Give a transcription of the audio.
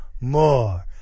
More